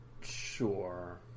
Sure